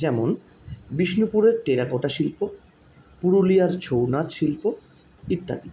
যেমন বিষ্ণুপুরের টেরাকোটা শিল্প পুরুলিয়ার ছৌ নাচ শিল্প ইত্যাদি